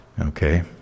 Okay